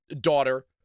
daughter